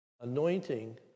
anointing